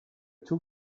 two